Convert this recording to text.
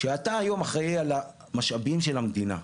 שאתה היום אחראי על המשאבים של המדינה,